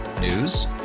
News